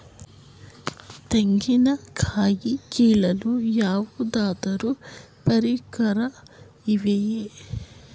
ತೆಂಗಿನ ಕಾಯಿ ಕೀಳಲು ಯಾವುದಾದರು ಪರಿಕರಗಳು ಇವೆಯೇ?